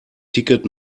ticket